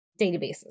databases